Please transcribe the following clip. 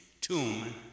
tomb